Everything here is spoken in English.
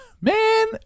man